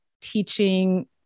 teaching